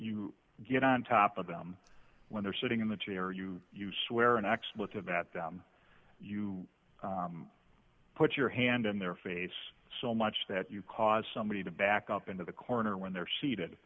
you get on top of them when they're sitting in the chair you you swear an expletive at them you put your hand in their face so much that you cause somebody to back up into the corner when they're seated